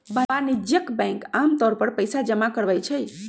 वाणिज्यिक बैंक आमतौर पर पइसा जमा करवई छई